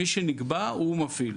מי שנקבע הוא המפעיל,